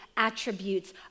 attributes